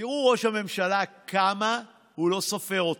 תראו, ראש הממשלה, כמה הוא לא סופר אתכם,